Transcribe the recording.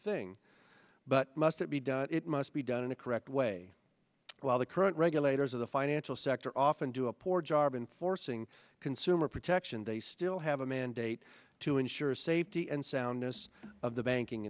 thing but must it be done it must be done in a correct way while the current regulators of the financial sector often do a poor job in forcing consumer protection they still have a mandate to ensure a safety and soundness of the banking